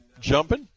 jumping